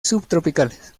subtropicales